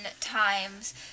times